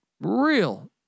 real